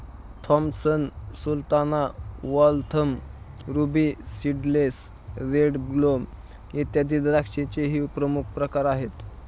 Thompson sultana, Waltham, ruby seedless, red globe, इत्यादी द्राक्षांचेही प्रमुख प्रकार आहेत